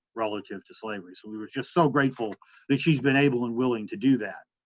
relative to slavery, so we were just so grateful that she's been able and willing to do that.